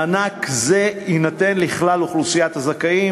מענק זה יינתן לכלל אוכלוסיית הזכאים